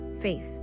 faith